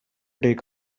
take